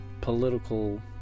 political